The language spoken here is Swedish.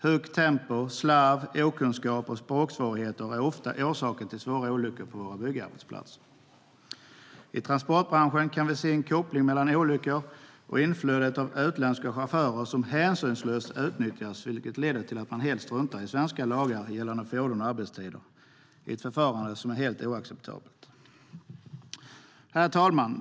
Högt tempo, slarv, okunskap och språksvårigheter är ofta orsaken till svåra olyckor på våra byggarbetsplatser. I transportbranschen kan vi se en koppling mellan olyckor och inflödet av utländska chaufförer, som hänsynslöst utnyttjas. Det leder till att man helt struntar i svenska lagar gällande fordon och arbetstider, ett förfarande som är helt oacceptabelt. Herr talman!